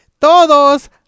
Todos